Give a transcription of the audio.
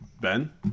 Ben